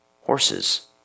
horses